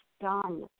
done